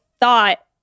thought